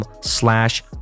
slash